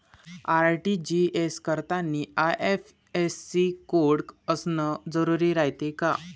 RTGS करतांनी IFSC code असन जरुरी रायते का?